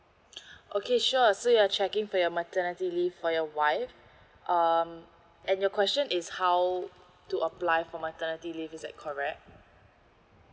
okay sure so you're checking for your maternity leave for your wife um and your question is how to apply for maternity leave is that correct